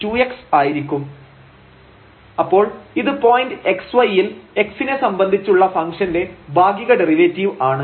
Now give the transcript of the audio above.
At xy≠00 fx xy x2y2 sin⁡1√x2y2 12 2xx2y2 32 2x cos⁡1√x2y2 sin⁡1√x2y2 x√x2y2 2x cos⁡1√x2y2 അപ്പോൾ ഇത് point xy ൽ x നെ സംബന്ധിച്ചുള്ള ഫംഗ്ഷന്റെ ഭാഗിക ഡെറിവേറ്റീവ് ആണ്